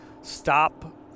stop